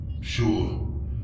Sure